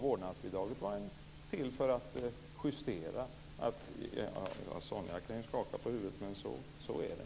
Vårdnadsbidraget var till för att justera det här. Sonia Karlsson kan skaka på huvudet, men så är det.